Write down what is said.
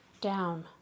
down